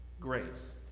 grace